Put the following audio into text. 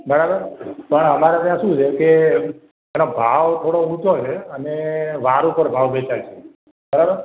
બરાબર પણ અમારે ત્યાં શું છે જેમ કે પેલો ભાવ થોડો ઊંચો છે અને વાર ઉપર ભાવ વેચાય છે બરાબર